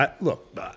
Look